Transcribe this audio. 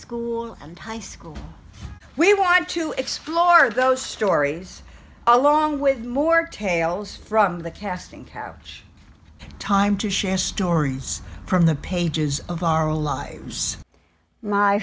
school and high school we want to explore those stories along with more tales from the casting couch time to share stories from the pages of our lives